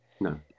No